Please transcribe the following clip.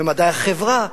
ומדעי החברה,